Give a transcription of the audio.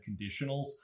conditionals